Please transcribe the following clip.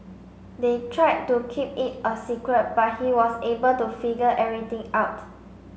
they tried to keep it a secret but he was able to figure everything out